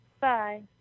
Bye